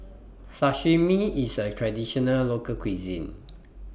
Sashimi IS A Traditional Local Cuisine